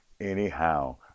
anyhow